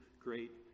great